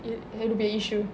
it it'll be an issue